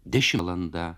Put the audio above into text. dešim valanda